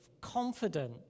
confident